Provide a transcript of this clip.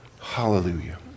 Hallelujah